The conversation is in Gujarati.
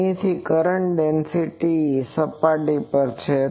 અહીં કરંટ ડેન્સીટી સપાટી પર છે